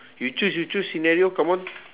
you choose you choose scenario come on